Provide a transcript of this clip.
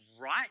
right